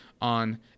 on